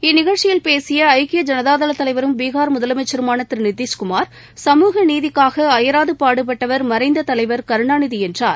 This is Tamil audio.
இந்நிகழ்ச்சியில் பேசியஐக்கிய ஜனதாதளதலைவரும் பீகார் முதலமைச்சருமானதிருநிதிஷ்குமார் சமூக நீதிக்காகஅயராதபாடுபட்டவர் மறைந்த தலைவர் கருணாநிதிஎன்றார்